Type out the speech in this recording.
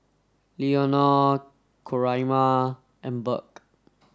Leonor Coraima and Burk